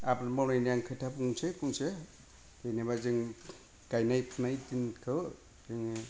आबाद मावनायनि आं खोथा बुंनोसै फंसे जेनेबा जों गायनाय फुनाय दिनखौ जोङो